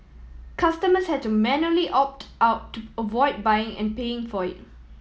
customers had to manually opt out to avoid buying and paying for it